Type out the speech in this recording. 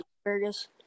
asparagus